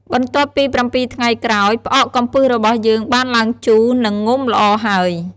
បន្ទាប់ពី៧ថ្ងៃក្រោយ ផ្អកកំពឹសរបស់យើងបានឡើងជូរ និងងំល្អហើយ។